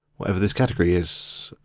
whatever this category is.